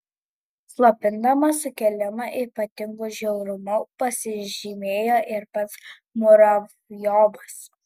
slopindamas sukilimą ypatingu žiaurumu pasižymėjo ir pats muravjovas